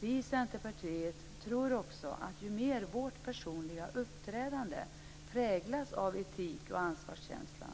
Vi i Centerpartiet tror också att ju mer vårt personliga uppträdande präglas av etik och ansvarskänsla,